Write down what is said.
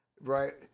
right